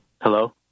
Hello